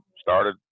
Started